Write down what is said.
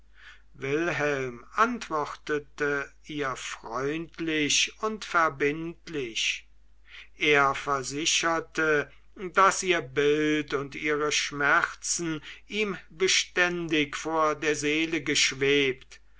wilhelm antwortete ihr freundlich und verbindlich er versicherte daß ihr bild und ihre schmerzen ihm beständig vor der seele geschwebt